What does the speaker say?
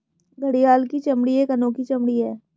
घड़ियाल की चमड़ी एक अनोखी चमड़ी है